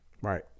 Right